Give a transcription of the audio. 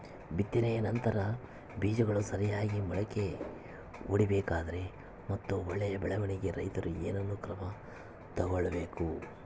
ಬಿತ್ತನೆಯ ನಂತರ ಬೇಜಗಳು ಸರಿಯಾಗಿ ಮೊಳಕೆ ಒಡಿಬೇಕಾದರೆ ಮತ್ತು ಒಳ್ಳೆಯ ಬೆಳವಣಿಗೆಗೆ ರೈತರು ಏನೇನು ಕ್ರಮ ತಗೋಬೇಕು?